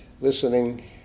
listening